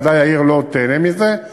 ודאי העיר לוד תיהנה מזה.